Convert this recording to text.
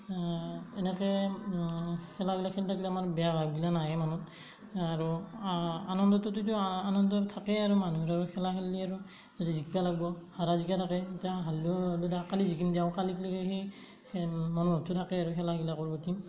এনেকৈ খেলাগিলাক খেলি থাকিলে আমাৰ বেয়া ভাবগিলাক নাহে মনত আৰু আনন্দটোতো আনন্দ থাকে আৰু মানুহৰ খেলা খেলেলি আৰু জিকিব লাগিব হৰা জিকা থাকেই এতিয়া হাৰলিও হ'ব দিয়ক কালি জিকিম দিয়ক কালিকগেলি সি মনোভাৱতো থাকে আৰু খেলাবিলাকৰ প্ৰতি